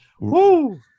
Woo